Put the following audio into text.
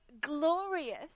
glorious